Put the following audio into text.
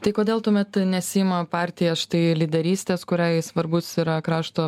tai kodėl tuomet nesiima partija štai lyderystės kuriai svarbus yra krašto